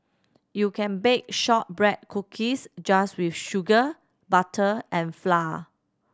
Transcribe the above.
you can bake shortbread cookies just with sugar butter and flour